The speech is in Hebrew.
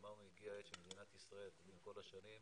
אמרנו שהגיעה העת של מדינת ישראל אחרי כל השנים,